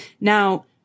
Now